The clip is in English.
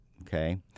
okay